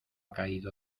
caído